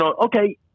okay